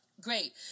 great